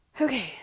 Okay